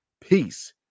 peace